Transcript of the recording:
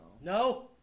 No